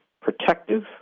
protective